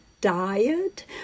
diet